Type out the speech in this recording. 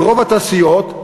ברוב התעשיות,